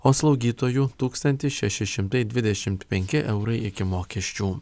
o slaugytojų tūkstantis šeši šimtai dvidešimt penki eurai iki mokesčių